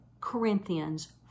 Corinthians